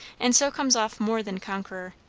and so comes off more than conqueror.